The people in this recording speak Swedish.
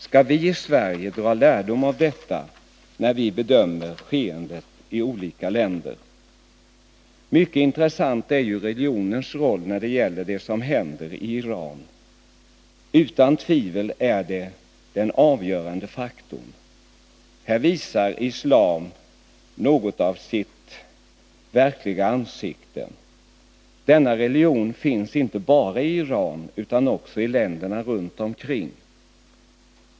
Skall vi i Sverige dra lärdom av detta då vi bedömer skeenden i olika länder? Mycket intressant är ju religionens roll när det gäller det som händer i Iran. Utan tvivel är det den avgörande faktorn. Här visar islam något av sitt verkliga ansikte. Denna religion finns inte bara i Iran utan också i länderna runt omkring.